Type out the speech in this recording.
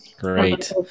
Great